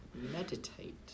meditate